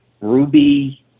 Ruby